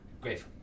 Great